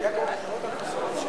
את הצעת חוק קביעת הזמן (תיקון מס'